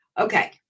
Okay